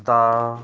ਦਾ